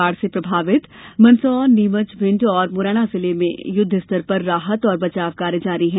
बाढ़ से प्रभावित मंदसौर नीमच भिंड और मुरैना जिलों में युद्ध स्तर पर राहत और बचाव का कार्य जारी है